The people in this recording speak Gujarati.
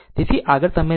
તેથી આગળ આ તમે લો